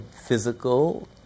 physical